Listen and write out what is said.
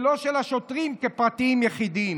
ולא של השוטרים כפרטים יחידים".